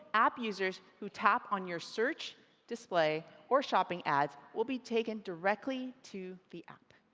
app users who tap on your search display or shopping ads will be taken directly to the app.